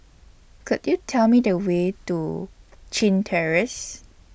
Could YOU Tell Me The Way to Chin Terrace